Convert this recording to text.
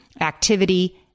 activity